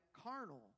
carnal